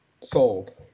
Sold